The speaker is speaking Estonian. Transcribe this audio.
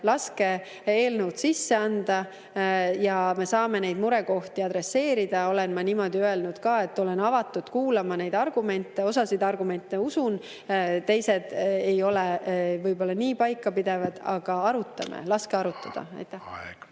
Laske eelnõud sisse anda ja me saame neid murekohti adresseerida. Ma olen ka niimoodi öelnud, et olen avatud kuulama neid argumente. Osasid argumente usun, teised võib-olla ei ole nii paikapidavad, aga arutame. Laske arutada. Aeg!